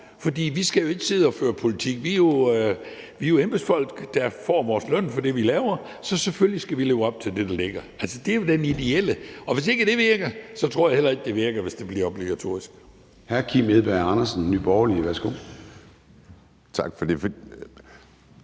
for vi skal jo ikke sidde og føre politik, vi er jo embedsfolk, der får vores løn for det, vi laver, så selvfølgelig skal vi leve op til det, der ligger. Altså, det er jo den ideelle verden, og hvis ikke det virker, tror jeg heller ikke, det virker, hvis det bliver obligatorisk. Kl. 16:20 Formanden (Søren Gade): Hr. Kim Edberg Andersen, Nye Borgerlige. Værsgo. Kl.